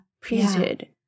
priesthood